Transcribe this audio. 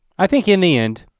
i think in the end,